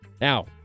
Now